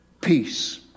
peace